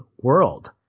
world